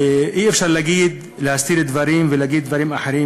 ואי-אפשר להסתיר דברים ולהגיד דברים אחרים.